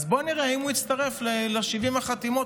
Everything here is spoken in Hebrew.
אז בואו נראה אם הוא יצטרף ל-70 החתימות